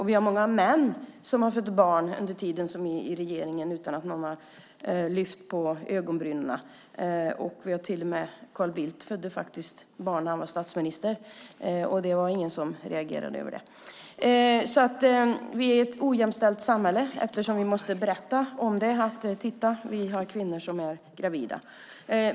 Vi har många män som har fått barn under tiden i regeringen utan att någon har lyft på ögonbrynen. Carl Bildt fick faktiskt barn när han var statsminister, och det var ingen som reagerade över det. Vi är alltså ett ojämställt samhälle, eftersom vi måste berätta om att vi har kvinnor som är gravida.